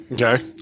Okay